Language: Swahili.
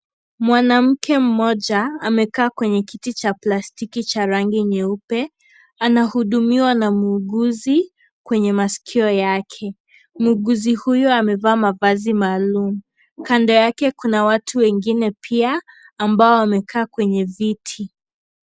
Mwanamke mmoja amekaa kwenye kiti cha plastiki cha rangi nyeupe anahudumiwa na muuguzi kwenye masikio yake muuguzi huyu amevaa mavazi maalum kando yake kuna watu wengine pia ambao wamekaa kwenye viti.